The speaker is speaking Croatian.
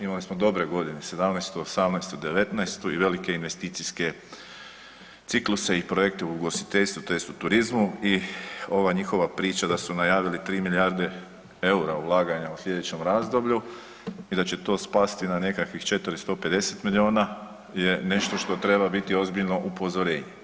Imali smo dobre godine '17.-tu, '18.-tu, '19.-tu i velike investicijske cikluse i projekte u ugostiteljstvu tj. u turizmu i ova njihova priča da su najavili 3 milijarde EUR-a ulaganja u slijećem razdoblju i da će to spasti na nekakvih 450 miliona je nešto što treba biti ozbiljno upozorenje.